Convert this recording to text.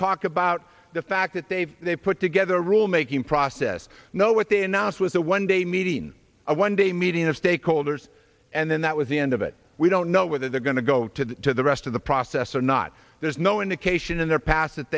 talk about the fact that they've they've put together a rule making process know what they announced with a one day meeting one day meeting of stakeholders and then that was the end of it we don't know whether they're going to go to the rest of the process or not there's no indication in their past that